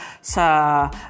sa